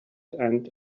and